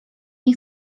nie